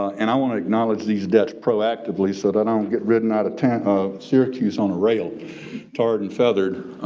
and i wanna acknowledge these debts proactively so that i don't get ridden out of town of syracuse on a rail tarred and feathered.